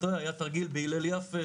אם אני טועה - היה תרגיל בהלל יפה,